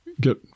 get